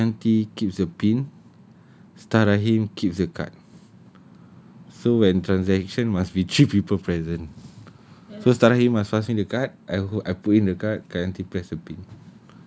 kak yanti keeps the pin tarahim keeps the card so when transaction must be three people present so tarahim must pass me the card I hold I put in the card kak yanti press the pin